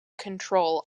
control